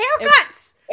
haircuts